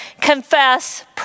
confess